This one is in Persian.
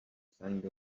سنگ